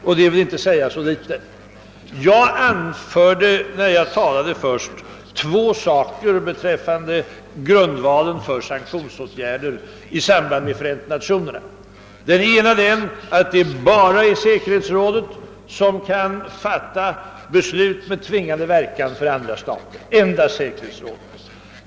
Jag sade i mitt inledningsanförande två saker beträffande grundvalen för sanktionsåtgärder från Förenta Nationerna. Den ena var att det bara är säkerhetsrådet som kan fatta beslut med tvingande verkan för andra stater.